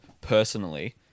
personally